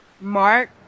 Mark